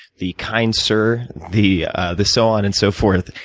the kind sir, the ah the so on and so forth,